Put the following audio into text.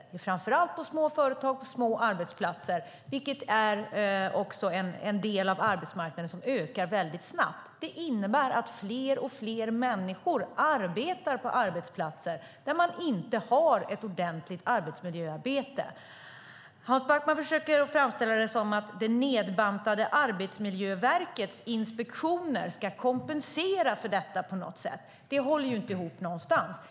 Det är framför allt på små företag och små arbetsplatser, vilket också är en del av arbetsmarknaden som ökar väldigt snabbt. Det innebär att fler och fler människor arbetar på arbetsplatser där man inte har ett ordentligt arbetsmiljöarbete. Hans Backman försöker framställa det som att det nedbantade Arbetsmiljöverkets inspektioner ska kompensera för detta på något sätt. Det håller inte ihop någonstans.